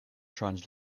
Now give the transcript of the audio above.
trans